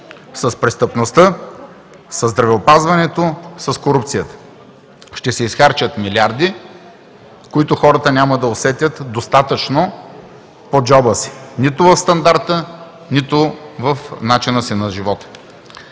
с престъпността, със здравеопазването, с корупцията. Ще се изхарчат милиарди, които хората няма да усетят достатъчно по джоба си – нито в стандарта, нито в начина си на живот.